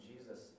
Jesus